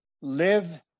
live